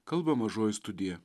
kalba mažoji studija